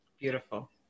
Beautiful